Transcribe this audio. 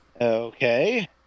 Okay